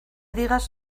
digas